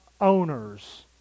owners